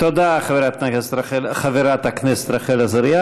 תודה, חברת הכנסת רחל עזריה.